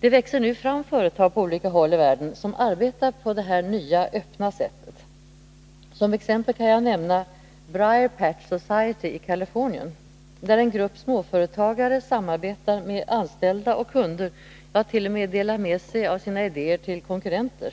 Det växer nu på olika håll i världen fram företag som arbetar på det nya öppna sättet. Som exempel kan jag nämna Briar Patch Society i Kalifornien, där en grupp småföretagare samarbetar med anställda och kunder, jat.o.m. delar med sig av sina idéer till konkurrenter.